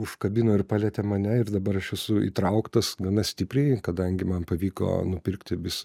užkabino ir palietė mane ir dabar aš esu įtrauktas gana stipriai kadangi man pavyko nupirkti vis